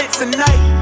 tonight